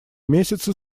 месяцы